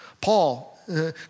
Paul